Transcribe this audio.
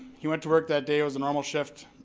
he went to work that day, it was a normal shift.